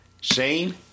Shane